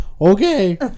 Okay